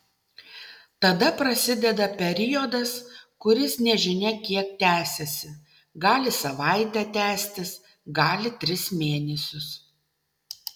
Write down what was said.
tada prasideda periodas kuris nežinia kiek tęsiasi gali savaitę tęstis gali tris mėnesius